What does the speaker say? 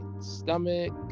stomach